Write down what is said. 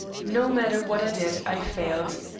no matter what i did i failed.